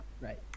Right